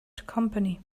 company